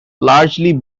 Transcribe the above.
largely